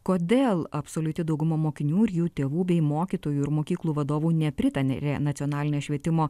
kodėl absoliuti dauguma mokinių ir jų tėvų bei mokytojų ir mokyklų vadovų nepritarė nacionalinės švietimo